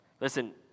Listen